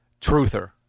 truther